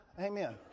Amen